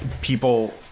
people